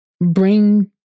bring